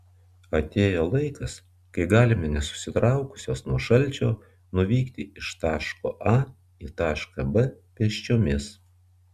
atėjo laikas kai galime nesusitraukusios nuo šalčio nuvykti iš taško a į tašką b pėsčiomis